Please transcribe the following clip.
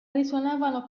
risuonavano